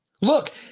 Look